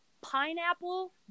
pineapple